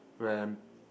when